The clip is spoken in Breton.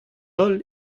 holl